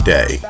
Day